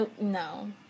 No